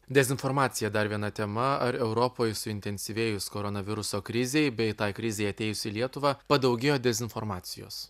dezinformacija dar viena tema ar europoj suintensyvėjus koronaviruso krizei bei tai krizei atėjus į lietuvą padaugėjo dezinformacijos